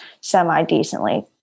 semi-decently